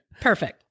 Perfect